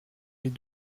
les